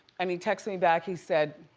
and he texts me back, he said,